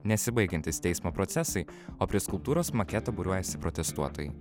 nesibaigiantys teismo procesai o prie skulptūros maketo būriuojasi protestuotojai